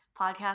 podcast